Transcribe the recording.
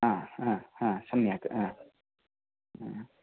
हा हा ह सम्यक्